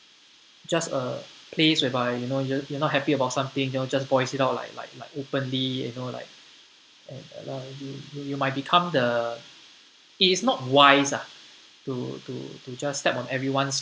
just a place whereby you know yo~ you are not happy about something they'll just voice it out like like like openly you know like and like you you might become the it is not wise ah to to to just step on everyone's